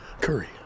curry